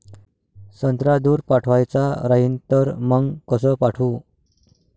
संत्रा दूर पाठवायचा राहिन तर मंग कस पाठवू?